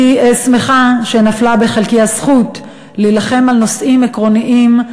אני שמחה שנפלה בחלקי הזכות להילחם על נושאים עקרוניים,